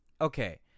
okay